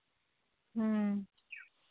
ᱦᱮᱸ